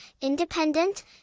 independent